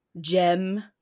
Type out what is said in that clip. gem